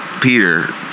Peter